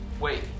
Wait